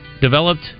developed